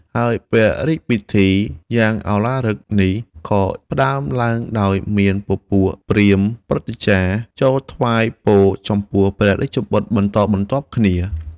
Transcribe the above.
ហើយព្រះរាជពិធីយ៉ាងឧឡារិកនេះ ក៏ផ្តើមឡើងដោយមានពពួកព្រាហ្មណ៍ ព្រឹទ្ធាចារ្យ ចូលថ្វាយពរចំពោះព្រះរាជបុត្របន្តបន្ទាប់គ្នា ។